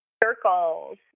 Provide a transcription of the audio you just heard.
circles